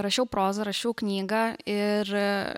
rašiau prozą rašiau knygą ir